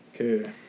Okay